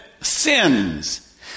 sins